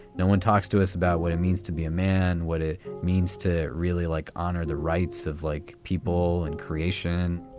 no one talks to us about what it means to be a man, what it means to really, like honor the rights of like people in creation.